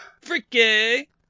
Freaky